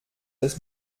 das